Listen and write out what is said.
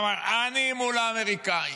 ואמר: אני מול האמריקאים.